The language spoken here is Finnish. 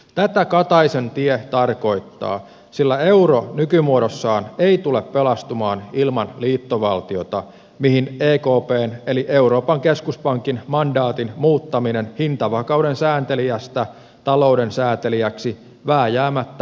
tätä kataisen tie tarkoittaa sillä euro nykymuodossaan ei tule pelastumaan ilman liittovaltiota mihin ekpn eli euroopan keskuspankin mandaatin muuttaminen hintavakauden sääntelijästä talouden säätelijäksi vääjäämättä johtaisi